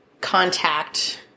contact